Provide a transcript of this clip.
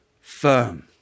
firm